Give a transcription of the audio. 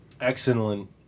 Excellent